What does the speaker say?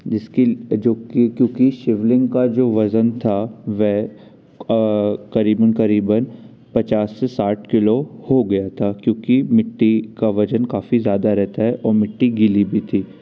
जिसकी जो कि क्योंकि शिवलिंग का जो वजन था वह करीबन करीबन पचास से साठ किलो हो गया था क्योंकि मिट्टी का वजन काफ़ी ज़्यादा रहता है और मिट्टी गीली भी थी